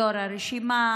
יו"ר הרשימה